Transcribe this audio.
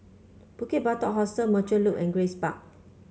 Bukit Batok Hostel Merchant Loop and Grace Park